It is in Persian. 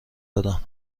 دادم